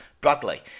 Bradley